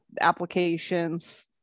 applications